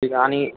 ठीक आहे आणि